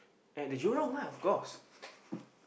at the Jurong lah of course